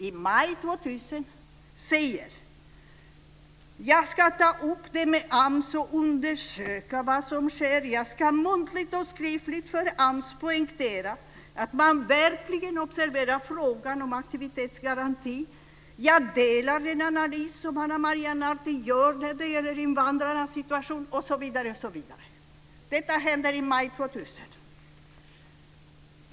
I maj 2000 sade han att han skulle ta upp detta med AMS och undersöka vad som sker och att han muntligt och skriftligt för AMS skulle poängtera att man verkligen ska observera frågan om aktivitetsgaranti. Han delade den analys som Ana Maria Narti gjorde när det gäller invandrarnas situation, osv. Detta händer i maj 2000.